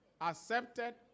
accepted